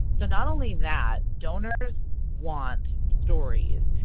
so not only that donors want stories.